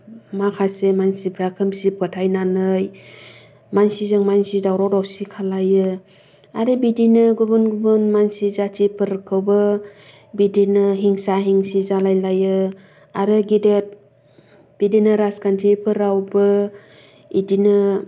माखासे मानसिफ्रा खोमसि फोथायनानै मानसिजों मानसि दावराव दावसि खालायो आरो बिदिनो गुबुन गुबुन मानसि जातिफोरखौबो बिदिनो हिंसा हिंसि जालाय लायो आरो गेदेद बिदिनो राजखान्थिफोरावबो इदिनो